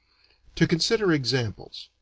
to consider examples